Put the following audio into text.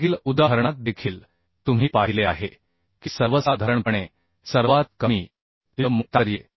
मागील उदाहरणात देखील तुम्ही पाहिले आहे की सर्वसाधारणपणे सर्वात कमी इल्ड मुळे ताकद येते